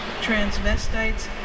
transvestites